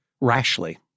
rashly